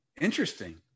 interesting